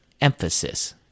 emphasis